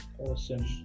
Awesome